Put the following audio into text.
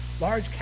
Large